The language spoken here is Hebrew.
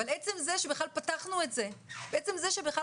אבל עצם זה שבכלל פתחנו את זה ועצם זה שבכלל